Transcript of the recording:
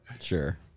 Sure